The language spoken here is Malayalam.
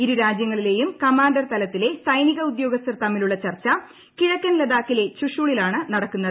ഇരുരാജ്യങ്ങളിലെയും കമാൻഡർ തലത്തിലെ സൈനചശ ഉദ്യോഗസ്ഥർ തമ്മിലുള്ള ചർച്ച കിഴക്കൻ ലഡാക്കിലെ ചുഷുളിലാണ് നടക്കുന്നത്